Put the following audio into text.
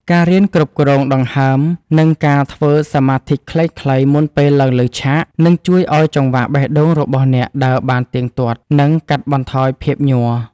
ការរៀនគ្រប់គ្រងដង្ហើម និងការធ្វើសមាធិខ្លីៗមុនពេលឡើងលើឆាក នឹងជួយឱ្យចង្វាក់បេះដូងរបស់អ្នកដើរបានទៀងទាត់ និងកាត់បន្ថយភាពញ័រ។